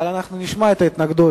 אנחנו נשמע את ההתנגדות